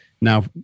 now